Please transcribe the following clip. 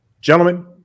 gentlemen